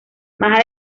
más